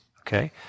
okay